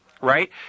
Right